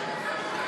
את